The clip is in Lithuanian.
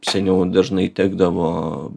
seniau dažnai tekdavo